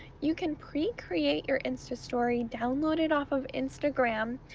you can pre-create your instastory, download it off of instagram,